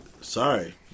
sorry